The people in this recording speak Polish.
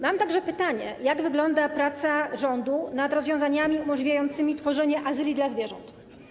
Mam także pytanie: Jak wygląda praca rządu nad rozwiązaniami umożliwiającymi tworzenie azyli dla zwierząt?